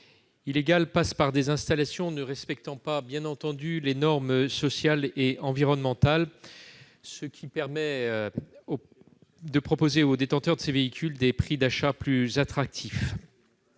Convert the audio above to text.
illégale passe par des installations ne respectant pas, bien entendu, les normes sociales et environnementales, ce qui permet de proposer aux détenteurs de ces véhicules des prix d'achat plus attractifs.